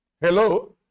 Hello